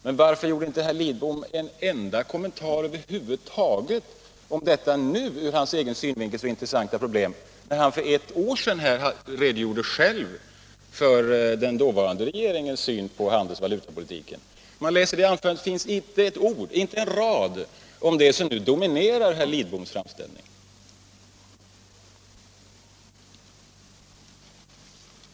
Men varför gjorde inte herr Lidbom någon enda kommentar över huvud taget till detta från hans synpunkt så intressanta problem när han för ett år sedan redogjorde för den dåvarande regeringens syn på handelsoch valutapolitiken? Om man läser herr Lidboms anförande i samband med den redogörelsen finner man inte en rad om det som nu dominerar hans framställning.